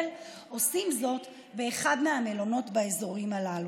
עושים זאת באחד מהמלונות באזורים הללו.